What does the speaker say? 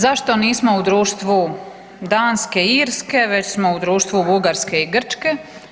Zašto nismo u društvu Danke i Irske već smo u društvu Bugarske i Grčke?